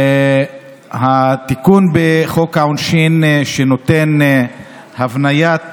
התיקון בחוק העונשין נותן הבניית